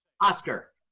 Oscar